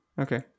okay